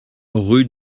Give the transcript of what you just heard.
rue